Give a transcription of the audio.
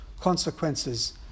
consequences